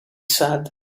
said